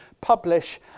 publish